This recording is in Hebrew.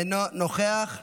אינו נוכח,